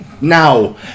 now